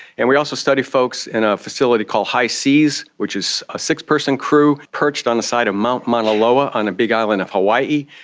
and we also study folks in a facility called hi-seas which is a six-person crew perched on the side of mt mauna loa on a big island of hawaii.